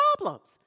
problems